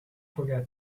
forget